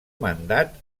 mandat